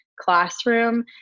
classroom